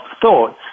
thoughts